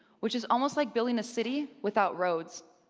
which is almost like building a city without roads.